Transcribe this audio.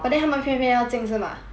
but then 他们偏偏要进是吗